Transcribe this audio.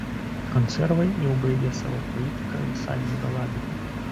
konservai jau baigia savo politika visai nugalabyti